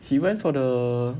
he went for the